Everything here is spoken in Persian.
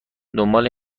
دنبال